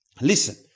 Listen